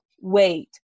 wait